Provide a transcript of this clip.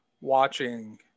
watching